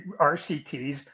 RCTs